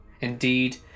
indeed